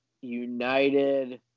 United